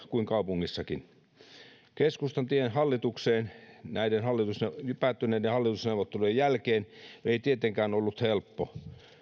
kuin kaupungissakin keskustan tie hallitukseen näiden päättyneiden hallitusneuvotteluiden kautta ei tietenkään ollut helppo